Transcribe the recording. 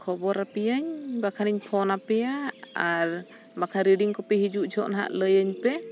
ᱠᱷᱚᱵᱚᱨ ᱟᱯᱮᱭᱟᱧ ᱵᱟᱠᱷᱟᱱᱤᱧ ᱯᱷᱳᱱ ᱟᱯᱮᱭᱟ ᱟᱨ ᱵᱟᱠᱷᱟᱱ ᱨᱤᱰᱤᱝ ᱠᱚᱯᱤ ᱦᱤᱡᱩᱜ ᱡᱚᱠᱷᱮᱨᱡ ᱱᱟᱦᱟᱜ ᱞᱟᱹᱭᱟᱹᱧ ᱯᱮ